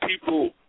people